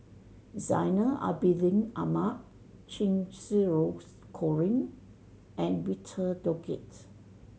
Zainal Abidin Ahmad Cheng Xinru Colin and Victor Doggett